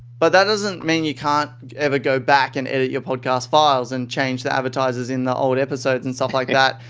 but that doesn't mean you can't ever go back and edit your podcast files and change the advertisers in the old episodes and stuff like that,